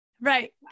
Right